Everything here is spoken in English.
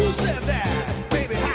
that baby,